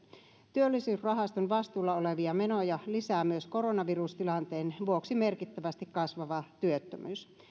työllisyysrahaston vastuulla olevia menoja lisää myös koronavirustilanteen vuoksi merkittävästi kasvava työttömyys